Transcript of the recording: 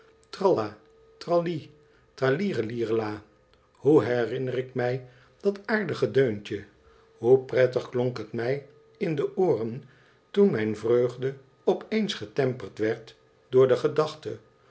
tralla trallie trallierelierela hoe herinner ik mij dat aardige deuntje hoe prettig klonk het mij in de ooren toen mijn vreugde op eens getemperd werd door de gedachte